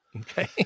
Okay